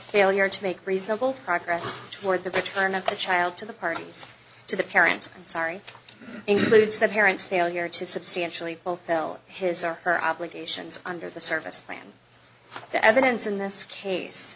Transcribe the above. failure to make reasonable progress toward the return of the child to the parties to the parent i'm sorry includes the parents failure to substantially fulfill his or her obligations under the service plan the evidence in this case